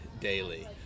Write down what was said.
daily